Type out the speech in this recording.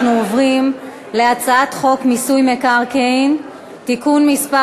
אנחנו עוברים להצעת חוק מיסוי מקרקעין (תיקון מס'